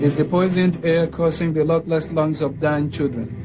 the poisoned air coursing the luckless lungs of dying children.